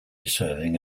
serving